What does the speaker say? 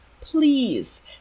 please